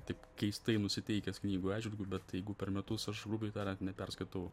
taip keistai nusiteikęs knygų atžvilgiu bet jeigu per metus aš grubiai tariant neperskaitau